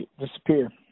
disappear